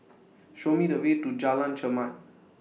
Show Me The Way to Jalan Chermat